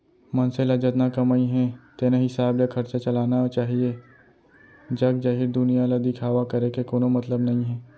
मनसे ल जतना कमई हे तेने हिसाब ले खरचा चलाना चाहीए जग जाहिर दुनिया ल दिखावा करे के कोनो मतलब नइ हे